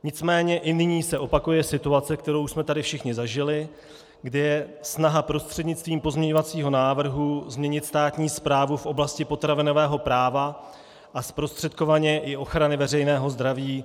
Nicméně i nyní se opakuje situace, kterou jsme tady už všichni zažili, kdy je snaha prostřednictvím pozměňovacího návrhu změnit státní správu v oblasti potravinového práva a zprostředkovaně i ochrany veřejného zdraví.